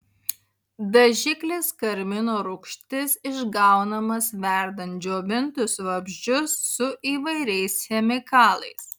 dažiklis karmino rūgštis išgaunamas verdant džiovintus vabzdžius su įvairiais chemikalais